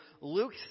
Luke